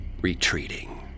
Retreating